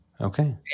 Okay